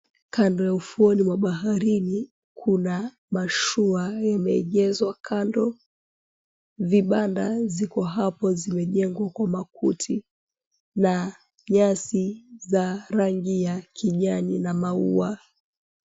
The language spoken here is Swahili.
Kando ya ufuoni mwa baharini kuna mashua yameegeshwa kando, vibanda ziko hapo zimejengwa kwa makuti na nyasi za rangi ya kijani na maua.